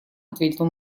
ответил